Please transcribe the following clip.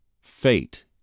fate